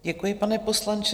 Děkuji, pane poslanče.